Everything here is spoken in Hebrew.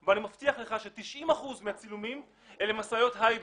אני מבטיח לכם שב-90% מהצילומים מדובר במשאיות הייבר.